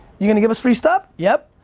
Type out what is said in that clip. you gonna give us free stuff. yep.